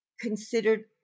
considered